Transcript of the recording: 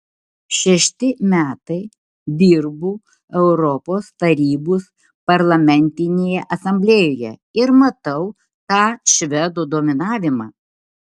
šešti metai dirbu europos tarybos parlamentinėje asamblėjoje ir matau tą švedų dominavimą